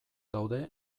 daude